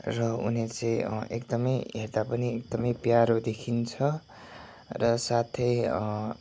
र उनीहरू चाहिँ एकदमै हेर्दा पनि एकदमै प्यारो देखिन्छ र साथै